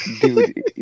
dude